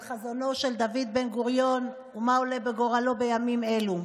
על חזונו של דוד בן-גוריון ומה עולה בגורלו בימים אלו.